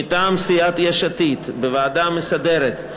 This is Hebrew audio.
מטעם סיעת יש עתיד: בוועדה המסדרת,